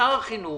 שר החינוך